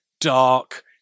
dark